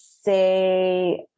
say